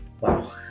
Wow